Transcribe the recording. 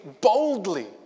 boldly